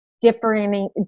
differing